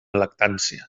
lactància